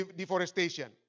deforestation